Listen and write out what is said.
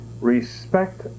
respect